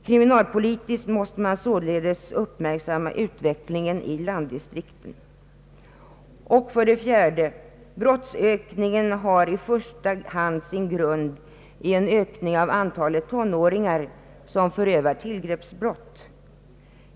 Kriminalpolitiskt måste således utvecklingen i landdistrikten uppmärksammas. Brottsökningen har, framhåller professor Knut Sveri, i första hand sin grund i en ökning av antalet tonåringar som förövar tillgreppsbrott.